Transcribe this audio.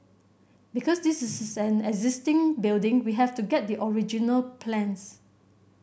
because this is an existing building we have to get the original plans